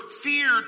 fear